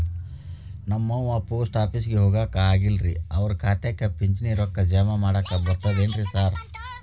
ನಮ್ ಅವ್ವ ಪೋಸ್ಟ್ ಆಫೇಸಿಗೆ ಹೋಗಾಕ ಆಗಲ್ರಿ ಅವ್ರ್ ಖಾತೆಗೆ ಪಿಂಚಣಿ ರೊಕ್ಕ ಜಮಾ ಮಾಡಾಕ ಬರ್ತಾದೇನ್ರಿ ಸಾರ್?